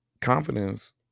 Confidence